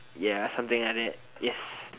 ya something like that yes